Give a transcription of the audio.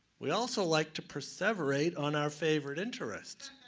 we also like to peseverate on our favorite interest.